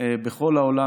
בכל העולם,